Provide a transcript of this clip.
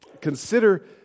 Consider